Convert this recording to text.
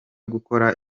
gukora